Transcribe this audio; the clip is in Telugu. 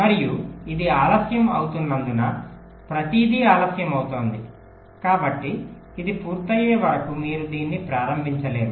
మరియు ఇది ఆలస్యం అవుతున్నందున ప్రతిదీ ఆలస్యం అవుతోంది కాబట్టి ఇది పూర్తయ్యే వరకు మీరు దీన్ని ప్రారంభించలేరు